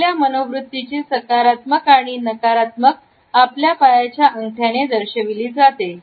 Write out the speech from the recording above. आपल्या मनोवृत्तीची सकारात्मक आणि नकारात्मक आपल्या पायाच्या अंगठ्याने दर्शविली जाते